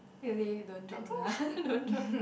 they they'll say don't joke uh don't joke